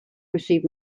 received